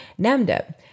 Namdeb